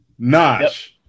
nosh